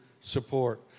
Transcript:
support